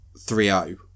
3-0